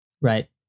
Right